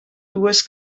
dues